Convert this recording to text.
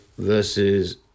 versus